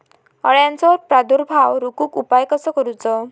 अळ्यांचो प्रादुर्भाव रोखुक उपाय कसो करूचो?